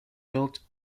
built